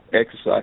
exercise